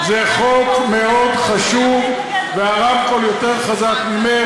זה חוק מאוד חשוב, והרמקול יותר חזק ממך.